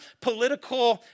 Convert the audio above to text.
political